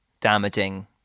damaging